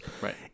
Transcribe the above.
Right